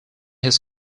his